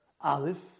Aleph